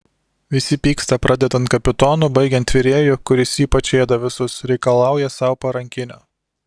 visi pyksta pradedant kapitonu baigiant virėju kuris ypač ėda visus reikalauja sau parankinio